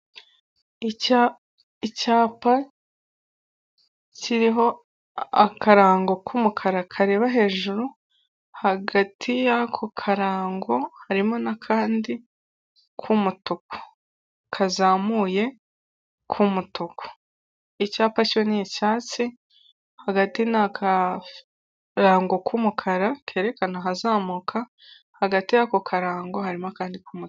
Mu muhanda harimo umukobwa wambaye ingofero n'ikanzu y’igiteyenge afite akajerekani, ari kuri telefone imbere hari icyapa, hepfo hari umukindo ndetse hari inzu nziza, ifite igipangu gisa neza hari ipoto ry'amashanyarazi ndetse ari guturuka mu muhanda w'igitaka yinjira muri kaburimbo.